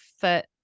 fit